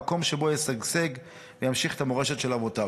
המקום שבו ישגשג וימשיך את המורשת של אבותיו.